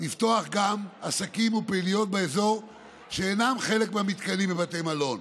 לפתוח גם עסקים ופעילויות באזור שאינם חלק מהמתקנים בבתי מלון,